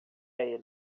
ele